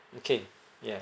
okay ya